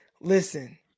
listen